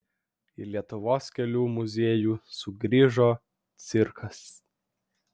į lietuvos kelių muziejų sugrįžo cirkas